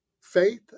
faith